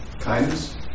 Kindness